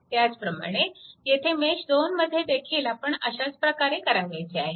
त्याचप्रकारे येथे मेश 2 मध्ये देखील आपण अशाच प्रकारे करावयाचे आहे